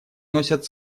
носят